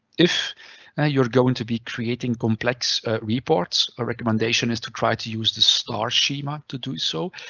if you're going to be creating complex reports or recommendation is to try to use the star schema to do so.